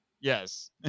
Yes